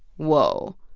whoa,